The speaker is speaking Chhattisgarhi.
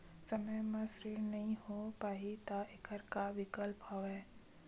समय म ऋण नइ हो पाहि त एखर का विकल्प हवय?